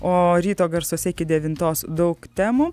o ryto garsuose iki devintos daug temų